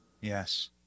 Yes